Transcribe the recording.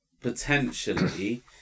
potentially